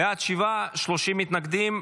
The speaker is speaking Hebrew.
בעד, שבעה, 30 מתנגדים.